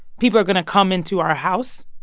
people are going to come into our house.